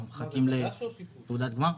אנחנו מחכים לתעודת גמר.